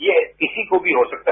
ये किसी को भी हो सकता है